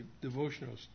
devotional